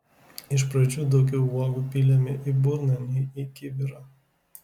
iš pradžių daugiau uogų pylėme į burną nei į kibirą